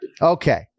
okay